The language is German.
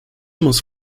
muss